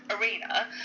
arena